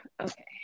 Okay